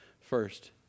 first